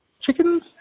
chickens